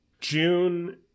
June